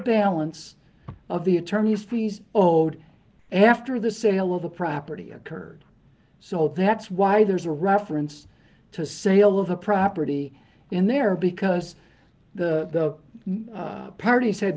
balance of the attorney's fees old after the sale of the property occurred so that's why there's a reference to sale of a property in there because the the party said